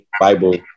bible